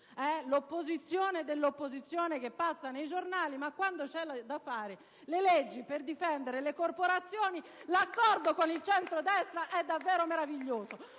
l'opposizione dell'opposizione, ma quando c'è da fare le leggi per difendere le corporazioni l'accordo con il centrodestra è davvero meraviglioso.